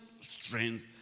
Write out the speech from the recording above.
strength